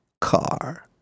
car